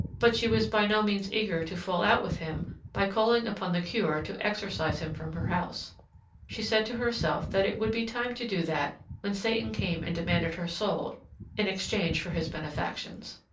but she was by no means eager to fall out with him by calling upon the cure to exorcise him from her house she said to herself that it would be time to do that when satan came and demanded her soul in exchange for his benefactions.